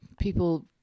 people